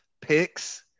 picks